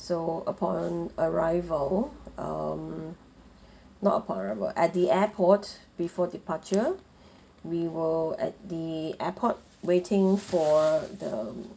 so upon arrival um not upon arrival at the airport before departure we were at the airport waiting for the